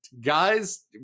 Guys